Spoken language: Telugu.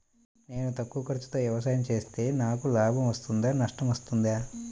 నేను తక్కువ ఖర్చుతో వ్యవసాయం చేస్తే నాకు లాభం వస్తుందా నష్టం వస్తుందా?